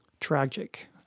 Tragic